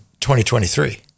2023